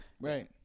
Right